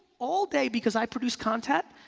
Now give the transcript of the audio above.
all day because i produce content.